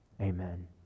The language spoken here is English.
Amen